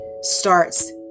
starts